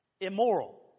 immoral